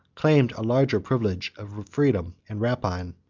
claimed a larger privilege of freedom and rapine.